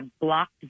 blocked